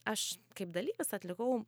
aš kaip dalyvis atlikau